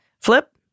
flip